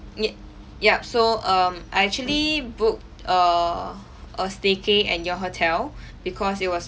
y~ yup so um I actually book a a staycay at your hotel because it was